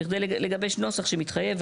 בכדי לגבש נוסח שמתחייב,